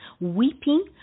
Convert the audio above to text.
weeping